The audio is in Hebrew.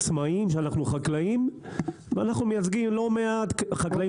אנחנו מייצגים לא מעט חקלאים